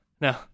No